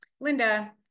Linda